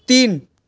तीन